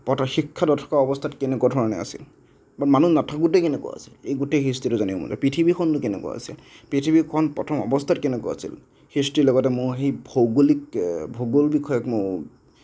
তথা শিক্ষা নথকা অৱস্থাত কেনেকুৱা ধৰণে আছিল বা মানুহ নাথাকোতে কেনেকুৱা আছিল এই গোটেই হিষ্ট্ৰীটো জানিবলৈ মন যায় পৃথিৱীখননো কেনেকুৱা আছিল পৃথিৱীখন প্ৰথম অৱস্থাত কেনেকুৱা আছিল হিষ্ট্ৰীৰ লগতে মই সেই ভৌগোলিক ভূগোল বিষয়ক মোৰ